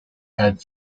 had